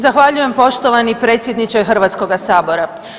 Zahvaljujem poštovani predsjedniče Hrvatskoga sabora.